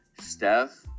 Steph